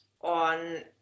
on